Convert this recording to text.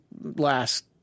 last